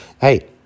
Hey